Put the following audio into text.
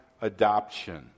adoption